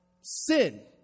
sin